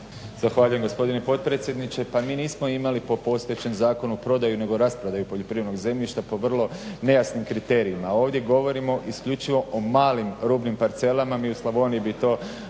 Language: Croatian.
Zahvaljujem gospodine potpredsjedniče. Pa mi nismo imali po postojećem zakonu prodaju nego rasprodaju poljoprivrednog zemljišta po vrlo nejasnim kriterijima. Ovdje govorimo isključivo o malim, rubnim parcelama. Mi u Slavoniji bi to